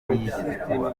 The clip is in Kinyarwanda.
ifitanye